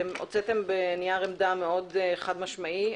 אתם הוצאתם נייר עמדה חד-משמעי מאוד.